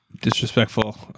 Disrespectful